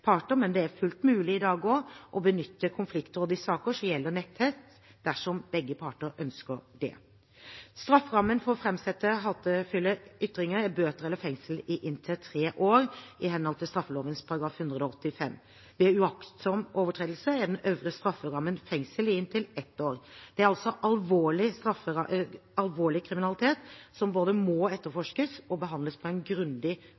parter, men det er fullt mulig i dag også å benytte konfliktråd i saker som gjelder netthets, dersom begge parter ønsker det. Strafferammen for å framsette hatefulle ytringer er bøter eller fengsel i inntil tre år, i henhold til straffeloven § 185. Ved uaktsom overtredelse er den øvre strafferammen fengsel i inntil et år. Det er altså alvorlig kriminalitet som må både etterforskes og behandles på en grundig